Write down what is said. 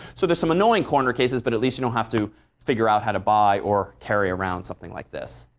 so there's some annoying corner cases but at least you don't have to figure out how to buy or carry around something like this.